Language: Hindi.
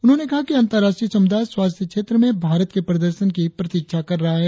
उन्होंने कहा कि अंतर्राष्ट्रीय समुदाय स्वास्थ्य क्षेत्र में भारत के प्रदर्शन की प्रतिक्षा कर रहा है